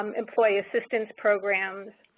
um employee assistance programs,